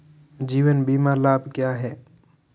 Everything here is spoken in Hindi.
जीवन बीमा लाभ क्या हैं?